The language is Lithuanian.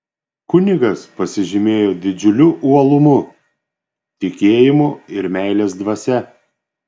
kunigas pasižymėjo didžiuliu uolumu tikėjimu ir meilės dvasia